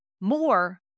More